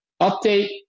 update